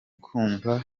kumva